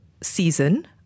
season